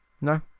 no